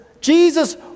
Jesus